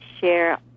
share